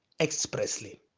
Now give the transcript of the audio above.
expressly